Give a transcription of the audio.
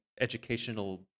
educational